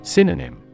Synonym